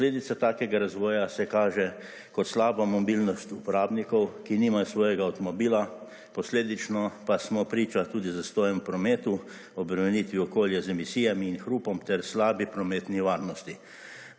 Posledica takega razvoja se kaže kot slabo mobilnost uporabnikov, ki nimajo svojega avtomobila, posledično pa smo priča tudi zastojem v prometu, obremenitvi okolja z emisijami in hrupom ter slabi prometni varnosti.